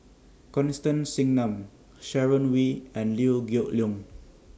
Constance Singam Sharon Wee and Liew Geok Leong